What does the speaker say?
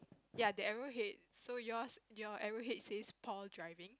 ya the arrow head so yours your arrow head says Paul diving